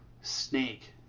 Snake